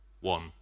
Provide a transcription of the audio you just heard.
one